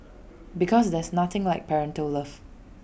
because there's nothing like parental love